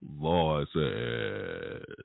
voices